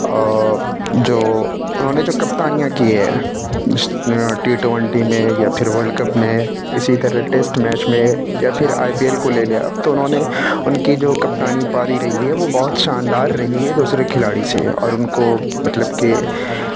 جو انہوں نے جو کپتانیاں کی ہے ٹی ٹونٹی میں یا پھر ورلڈ کپ میں اسی طرح ٹیسٹ میچ میں یا پھر آئی پی ایل کو لے لے آپ تو انہوں نے ان کی جو کپتانی پاری رہی ہے وہ بہت شاندار رہی ہے دوسرے کھلاڑی سے اور ان کو مطلب کہ